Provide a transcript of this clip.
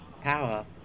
power